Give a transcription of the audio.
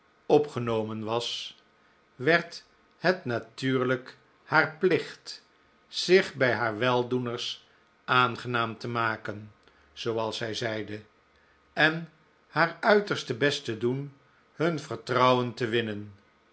opgenomen was werd het natuurlijk haar plicht p i s zich bij haar weldoeners aangenaam te maken zooals zij zeide en haar uiterste o jl o best te doen hun vertrouwen te winnen